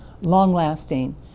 long-lasting